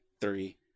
three